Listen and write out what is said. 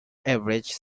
average